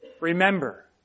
remember